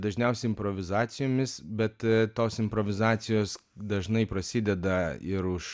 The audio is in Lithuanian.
dažniausiai improvizacijomis bet tos improvizacijos dažnai prasideda ir už